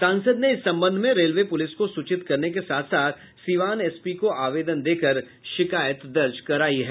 सांसद ने इस संबंध में रेलवे पुलिस को सूचित करने के साथ साथ सीवान एसपी को आवेदन देकर शिकायत दर्ज कराई है